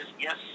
yes